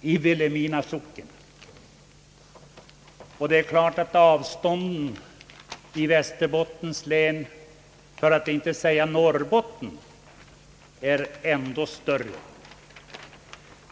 i Vilhelmina socken. Avstånden i Västerbottens län, för att inte säga Norrbottens län, är mycket stora.